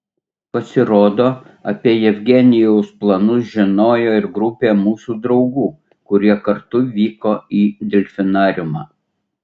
pasirodo apie jevgenijaus planus žinojo ir grupė mūsų draugų kurie kartu vyko į delfinariumą